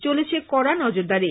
চলেছে কড়া নজরদারি